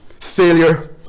failure